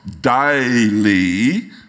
daily